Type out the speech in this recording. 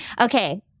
Okay